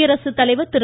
குடியரத்தலைவர் திரு